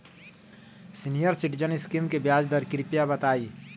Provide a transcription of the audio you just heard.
senior citizen scheme के ब्याज दर कृपया बताईं